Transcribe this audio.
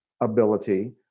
ability